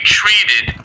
treated